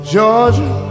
Georgia